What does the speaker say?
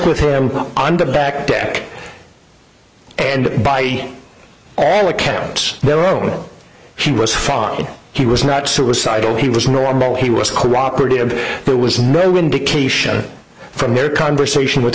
with her on the back deck and by all accounts their own he was fine he was not suicidal he was normal he was cooperative but there was no indication from their conversation with